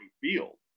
field